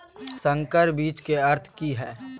संकर बीज के अर्थ की हैय?